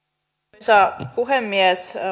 arvoisa puhemies